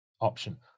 option